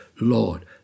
Lord